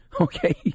okay